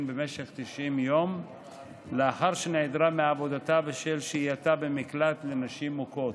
במשך 90 יום לאחר שנעדרה מעבודתה בשל שהייתה במקלט לנשים מוכות.